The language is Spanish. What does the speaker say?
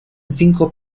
cinco